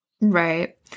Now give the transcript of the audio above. Right